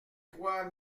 trois